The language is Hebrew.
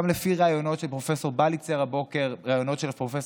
גם לפי ראיונות של פרופ' בליצר הבוקר וראיונות של פרופ'